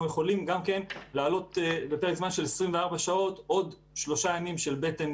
אנחנו יכולים גם להעלות בפרק זמן של 24 שעות לעוד שלושה ימים של מלח,